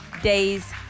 days